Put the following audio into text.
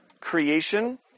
creation